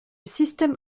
système